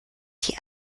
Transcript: die